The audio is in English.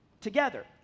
together